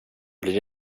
blir